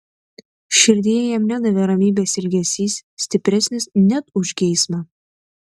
širdyje jam nedavė ramybės ilgesys stipresnis net už geismą